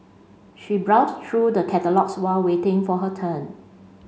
she browsed through the catalogues while waiting for her turn